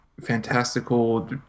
fantastical